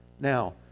Now